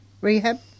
rehab